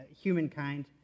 humankind